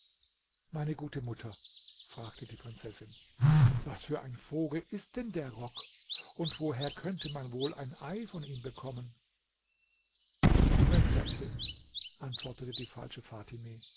meine gute mutter fragte die prinzessin was für ein vogel ist denn der rock und woher könnte man wohl ein ei von ihm bekommen prinzessin antwortete die falsche fatime